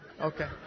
Okay